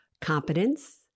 Competence